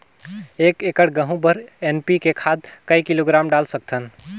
एक एकड़ गहूं बर एन.पी.के खाद काय किलोग्राम डाल सकथन?